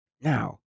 now